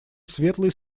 светлый